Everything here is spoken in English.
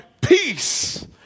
peace